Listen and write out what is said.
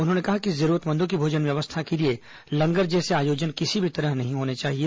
उन्होंने कहा कि जरूरतमंदों की भोजन व्यवस्था के लिए लंगर जैसे आयोजन किसी भी तरह नहीं होने चाहिए